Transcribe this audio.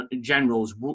generals